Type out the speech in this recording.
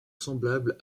semblables